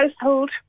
household